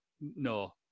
no